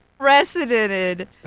unprecedented